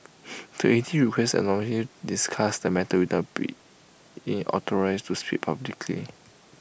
the aide requested anonymity to discuss the matter being in authorised to speak publicly